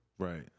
Right